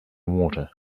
water